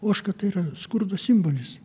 ožka tai yra skurdo simbolis